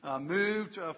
moved